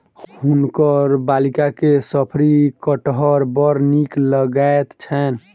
हुनकर बालिका के शफरी कटहर बड़ नीक लगैत छैन